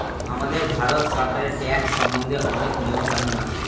আমাদের ভারত সরকারের ট্যাক্স সম্বন্ধে অনেক নিয়ম কানুন আছে